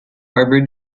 harbour